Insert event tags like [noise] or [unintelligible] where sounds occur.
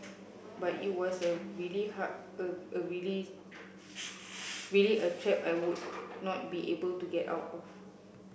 but it was a really [unintelligible] a a really really a trap I would not be able to get out of